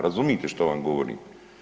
Razumijete što vam govorim?